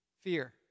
fear